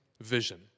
vision